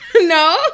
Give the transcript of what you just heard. No